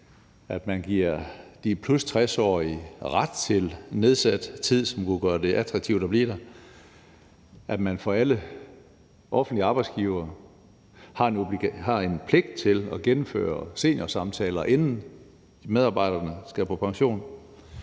at man giver de plus 60-årige ret til nedsat tid, som kunne gøre det attraktivt at blive der; at alle offentlige arbejdsgivere har en pligt til at gennemføre seniorsamtaler, inden medarbejderne skal på pension;